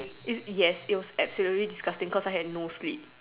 is yes it was absolutely disgusting cause I had no sleep